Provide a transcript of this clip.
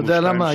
אתה יודע למה?